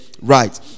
right